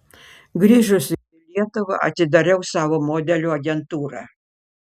grįžusi į lietuvą atidariau savo modelių agentūrą